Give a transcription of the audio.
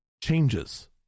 changes